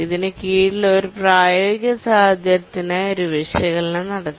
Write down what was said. ഇതിന് കീഴിൽ ഒരു പ്രായോഗിക സാഹചര്യത്തിനായി ഒരു വിശകലനം നടത്തി